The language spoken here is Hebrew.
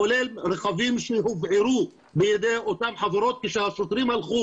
כולל רכבים שהובערו בידי אותן חבורות כשהשוטרים הלכו